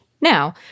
Now